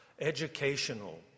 educational